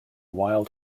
wild